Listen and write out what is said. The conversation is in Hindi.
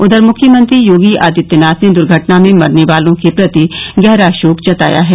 उधर मुख्यमंत्री योगी आदित्यनाथ ने दुर्घटना में मरने वालों के प्रति गहरा शोक जताया है